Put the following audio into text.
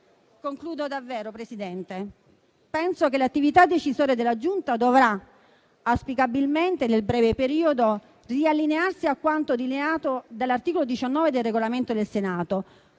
vostri parlamentari? Penso che l'attività decisoria della Giunta dovrà, auspicabilmente nel breve periodo, riallinearsi a quanto delineato dall'articolo 19 del Regolamento del Senato,